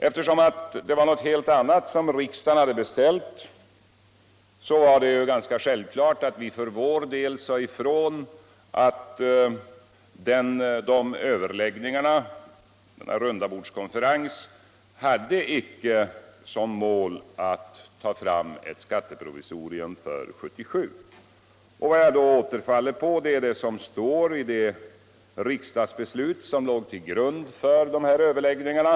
Eftersom det var någonting helt annat som riksdagen hade beställt var det självklart att vi för vår del sade ifrån att denna rundabordskonferens icke hade som mål att ta fram ett skatteprovisorium för 1977. Vad jag därvid återfaller på är vad som står i det riksdagsbeslut som låg till grund för de här överläggningarna.